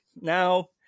Now